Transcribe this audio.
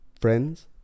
friends